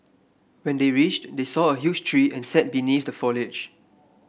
when they reached they saw a huge tree and sat beneath the foliage